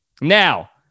Now